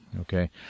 Okay